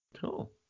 Cool